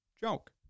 Joke